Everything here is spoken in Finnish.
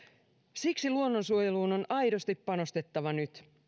siksi luonnonsuojeluun on aidosti panostettava nyt